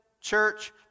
church